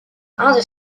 other